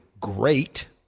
great